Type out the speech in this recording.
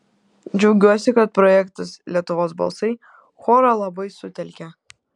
džiaugiuosi kad projektas lietuvos balsai chorą labai sutelkė